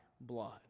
blood